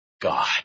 God